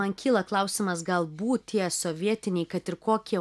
man kyla klausimas galbūt tie sovietiniai kad ir kokie